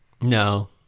No